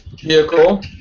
vehicle